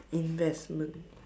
investment